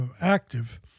active